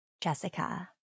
Jessica